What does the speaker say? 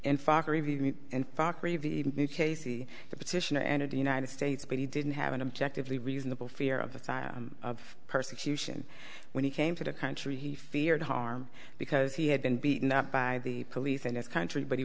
even knew casey the petition to enter the united states but he didn't have an objective lee reasonable fear of the time of persecution when he came to the country he feared harm because he had been beaten up by the police in his country but he